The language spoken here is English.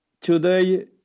today